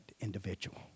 individual